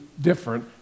Different